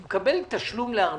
הוא מקבל תשלום לארנונה